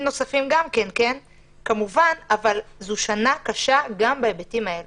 נוספים גם כן כמובן אבל זו שנה קשה גם בהיבטים האלה.